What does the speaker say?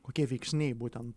kokie veiksniai būtent